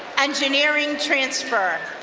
engineering transfer.